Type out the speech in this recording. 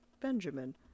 Benjamin